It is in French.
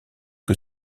que